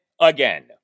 again